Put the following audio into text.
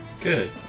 Good